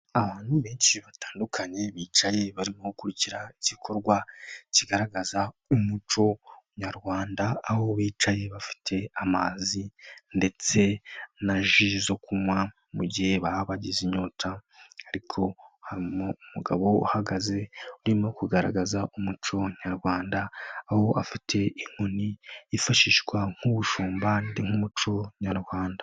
Abantu benshi batandukanye bicaye barimo igikorwa kigaragaza umuco nyarwanda, aho bicaye bafite amazi ndetse na ji zo kunywa mu gihe baba bagize inyota, ariko hari umugabo uhagaze urimo kugaragaza umuco nyarwanda, aho afite inkoni yifashishwa nk'ubushumba nk'umuco nyarwanda.